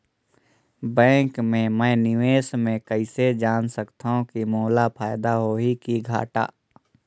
Bank मे मैं निवेश मे कइसे जान सकथव कि मोला फायदा होही कि घाटा?